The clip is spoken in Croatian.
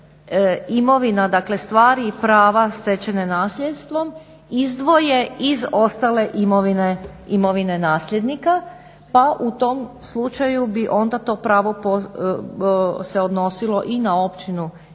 imovina, dakle stvari i prava stečeni nasljedstvom izdvoje iz ostale imovine nasljednika pa u tom slučaju bi onda to pravo se odnosilo i na općinu